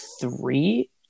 three